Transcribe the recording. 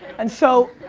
and so,